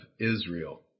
Israel